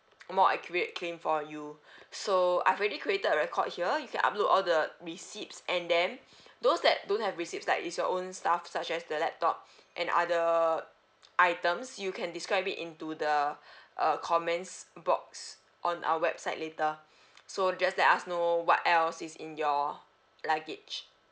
more accurate claim for you so I've already created record here you can upload all the receipts and then those that don't have receipts like it's your own stuff such as the laptop and other items you can describe it into the uh comments box on our website later so just let us know what else is in your luggage